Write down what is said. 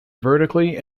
vertically